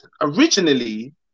originally